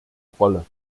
rolle